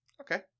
Okay